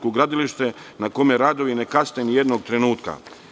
To je gradilište na kome radovi ne kasne nijednog trenutka.